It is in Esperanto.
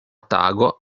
tago